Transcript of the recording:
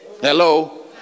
Hello